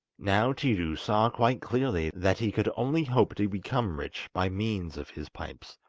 now tiidu saw quite clearly that he could only hope to become rich by means of his pipes,